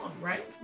right